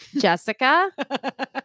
Jessica